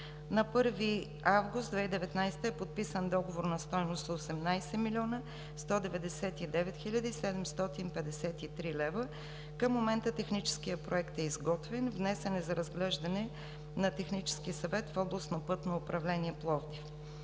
На 1 август 2019 г. е подписан договор на стойност 18 млн. 199 хил. 753 лв. Към момента техническият проект е изготвен, внесен е за разглеждане на технически съвет в Областно пътно управление – Пловдив.